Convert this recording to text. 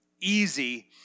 easy